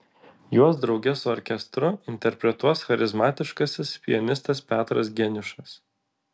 juos drauge su orkestru interpretuos charizmatiškasis pianistas petras geniušas